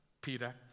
Peter